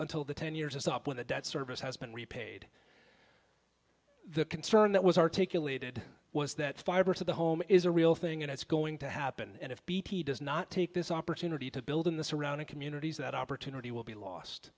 until the ten years is up when the debt service has been repaid the concern that was articulated was that fiber to the home is a real thing and it's going to happen and if bt does not take this opportunity to build in the surrounding communities that opportunity will be lost